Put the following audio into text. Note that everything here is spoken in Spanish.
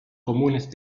comunes